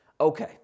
okay